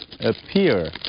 appear